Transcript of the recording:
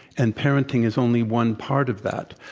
and parenting is only one part of that.